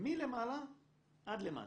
מלמעלה עד למטה.